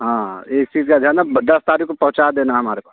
हाँ एक चीज़ का ध्यान आप दस तारीख को पहुंचा देना हमारे पास